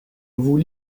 vous